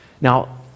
Now